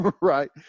Right